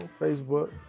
Facebook